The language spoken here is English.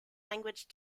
language